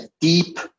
deep